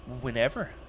whenever